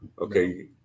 Okay